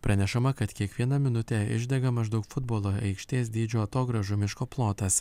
pranešama kad kiekvieną minutę išdega maždaug futbolo aikštės dydžio atogrąžų miško plotas